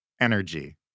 energy